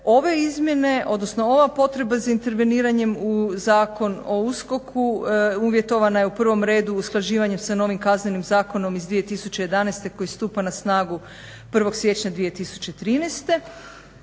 Ova potreba za interveniranjem u zakon o USKOK-u uvjetovana je u prvom redu usklađivanjem sa novim Kaznenim zakonom iz 2011.koji stupa na snagu 1.siječnja 2013.i